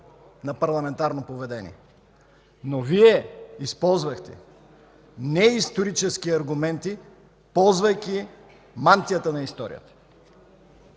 на парламентарно поведение. Но Вие използвахте неисторически аргументи, ползвайки мантията на историята.